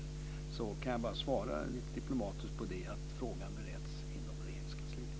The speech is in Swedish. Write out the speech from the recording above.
Ett diplomatiskt svar på detta är att frågan bereds inom Regeringskansliet.